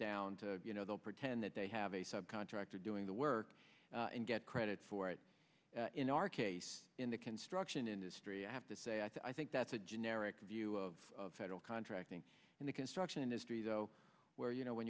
down to you know they'll pretend that they have a sub contractor doing the work and get credit for it in our case in the construction industry i have to say i think that's a generic view of federal contracting in the construction industry though where you know when